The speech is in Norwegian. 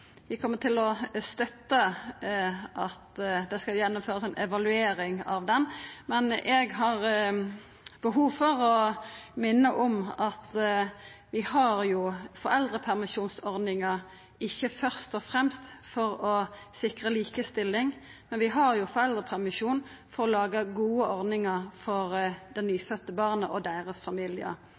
Vi kjem til å støtta at det skal gjennomførast ei evaluering av ho, men eg har behov for å minna om at vi har foreldrepermisjonsordninga ikkje først og fremst for å sikra likestilling, men for å laga gode ordningar for det nyfødde barnet og